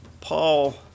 Paul